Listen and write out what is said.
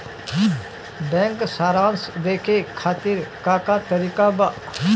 Bank सराश देखे खातिर का का तरीका बा?